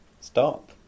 Stop